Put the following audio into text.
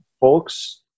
folks